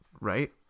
right